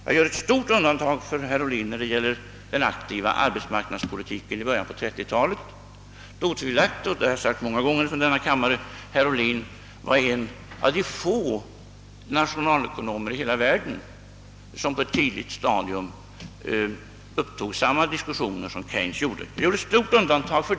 Jag gör ett stort undantag för herr Ohlin när det gäller den aktiva arbetsmarknadspolitiken i början på 30-talet, då otvivelaktigt — och det har jag sagt många gånger i denna kammare — herr Ohlin var en av de få nationalekonomer i världen som på ett tidigt stadium upptog samma diskussioner som Keynes.